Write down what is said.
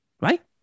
right